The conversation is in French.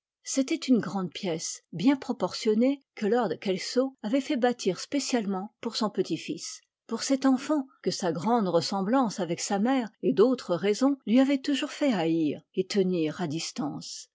c'était une grande pièce bien proportionnée que lord kelso avait fait bâtir spécialement pour son petit-fils pour cet enfant que sa grande ressemblance avec sa mère et d'autres raisons lui avaient toujours fait haïr et tenir à distance